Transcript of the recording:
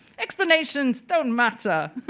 explanations don't matter,